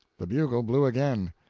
the bugle blew again.